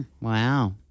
Wow